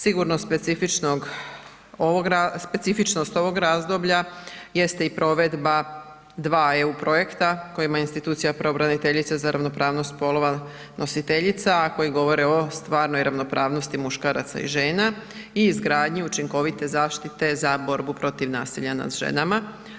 Sigurno specifičnost ovog razdoblja jeste i provedba dva EU projekta kojima je institucija pravobraniteljice za ravnopravnost spolova nositeljica a koji govore o stvarnoj ravnopravnosti muškaraca i žena i izgradnju učinkovite zaštite za borbu protiv nasilja nad ženama.